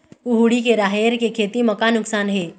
कुहड़ी के राहेर के खेती म का नुकसान हे?